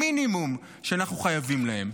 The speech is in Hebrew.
המינימום שאנחנו חייבים להם.